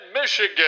Michigan